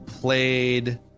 played